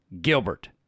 Gilbert